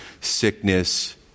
sickness